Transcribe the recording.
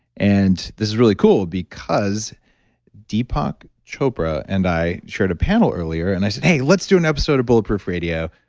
and this is really cool because deepak chopra and i shared a panel earlier and i said, hey, let's do an episode of bulletproof radio.